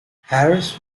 harris